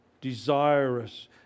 desirous